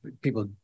People